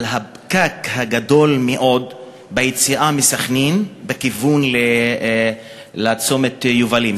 הפקק הגדול מאוד ביציאה מסח'נין בכיוון לצומת יובלים,